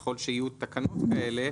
ככל שיהיו תקנות כאלה,